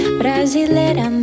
brasileira